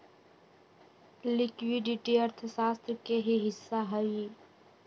liquidity अर्थशास्त्र के ही हिस्सा हई